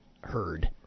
heard